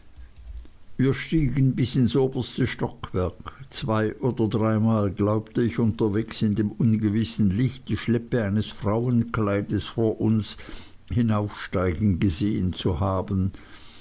wir stiegen bis ins oberste stockwerk zwei oder dreimal glaubte ich unterwegs in dem ungewissen licht die schleppe eines frauenkleides vor uns hinaufsteigen gesehen zu haben